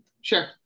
Sure